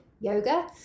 yoga